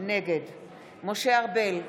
נגד משה ארבל,